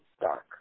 dark